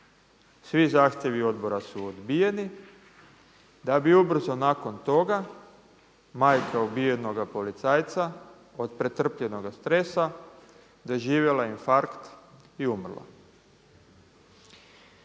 Svi zahtjevi odbora su odbijeni, da bi ubrzo nakon toga majka ubijenoga policajca od pretrpljenoga stresa doživjela infarkt i umrla.